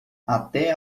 até